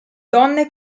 donne